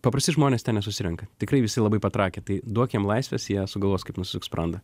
paprasti žmonės ten nesusirenka tikrai visi labai patrakę tai duokim laisvės jie sugalvos kaip nusisukt sprandą